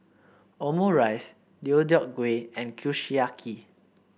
Omurice Deodeok Gui and Kushiyaki